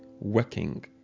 working